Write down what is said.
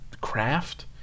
craft